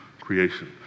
creation